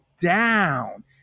down